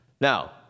Now